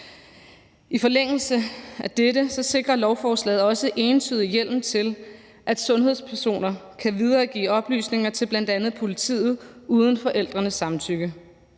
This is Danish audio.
I forlængelse af dette sikrer lovforslaget også entydig hjemmel til, at sundhedspersoner kan videregive oplysninger til bl.a. politiet uden forældrenes samtykke.